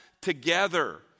together